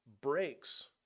breaks